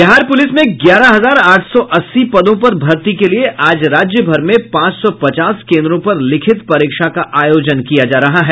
Bihar police के ग्यारह हजार आठ सौ अस्सी पदों पर भर्ती के लिए आज राज्य भर में पांच सौ पचास केंद्रों पर लिखित परीक्षा का आयोजन किया जा रहा है